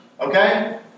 okay